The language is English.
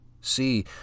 See